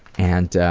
and